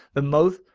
the most,